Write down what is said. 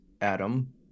Adam